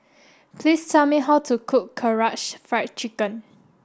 please tell me how to cook Karaage Fried Chicken